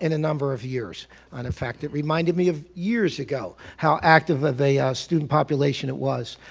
in a number of years and in fact it reminded me of years ago how active of a ah student population it was.